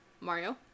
mario